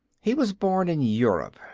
he was born in europe,